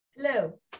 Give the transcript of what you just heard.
Hello